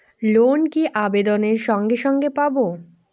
Loan কি আবেদনের সঙ্গে সঙ্গে পাব?